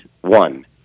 one